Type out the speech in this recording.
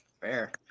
fair